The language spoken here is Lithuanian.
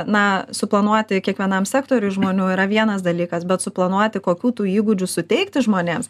na suplanuoti kiekvienam sektoriui žmonių yra vienas dalykas bet suplanuoti kokių tų įgūdžių suteikti žmonėms